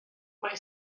mae